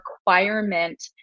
requirement